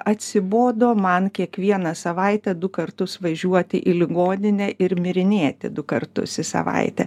atsibodo man kiekvieną savaitę du kartus važiuoti į ligoninę ir mirinėti du kartus į savaitę